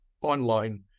online